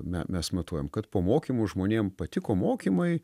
me mes matuojam kad po mokymų žmonėm patiko mokymai